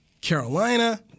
Carolina